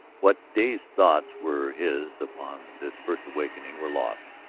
what dazed thoughts were his upon this first awakening were lost,